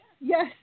Yes